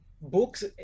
books